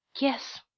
Yes